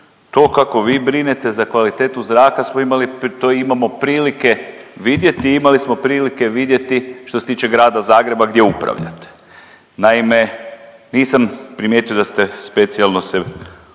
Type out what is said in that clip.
to kako vi brinete za kvalitetu zraka smo imali, to imamo prilike vidjeti i imali smo prilike vidjeti što se tiče grada Zagreba gdje upravljate. Naime, nisam primijetio da ste specijalno se